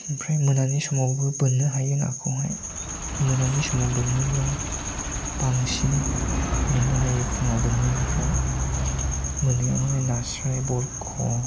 ओमफ्राय मोनानि समावबो बोननो हायो नाखौहाय मोनानि समाव बोनोब्ला बांसिन मोननो हायो फुङाव बोननायनिफ्राय मोननायावहाय नास्राय बरख